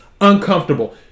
uncomfortable